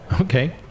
Okay